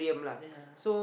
ya